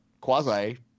quasi